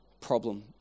problem